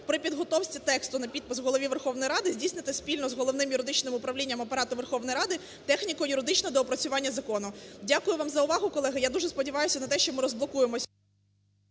при підготовці тексту на підпис Голові Верховної Ради здійснити спільно з Головним юридичним управлінням Апарату Верховної Ради техніко-юридичне доопрацювання закону. Дякую вам за увагу, колеги. Я дуже сподіваюся на те, що ми розблокуємо…